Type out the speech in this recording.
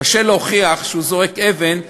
קשה להוכיח כשהוא זורק אבן,